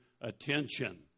attention